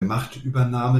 machtübernahme